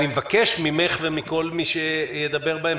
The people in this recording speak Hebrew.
אני מבקש ממך ומהדוברים הבאים